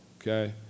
okay